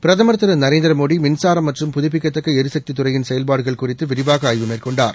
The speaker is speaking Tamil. பிரதமர் திருநரேந்திரமோடிமின்சாரம் மற்றும் புதுப்பிக்கத்தக்களரிசக்திதுறையின் செயல்பாடுகள் குறித்துவிரிவாகஆய்வு மேற்கொண்டார்